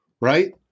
right